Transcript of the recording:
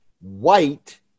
white